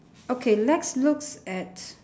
okay let's look at